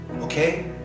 okay